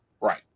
Right